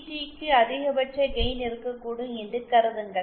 டிக்கு அதிகபட்ச கெயின் இருக்கக்கூடும் என்று கருதுங்கள்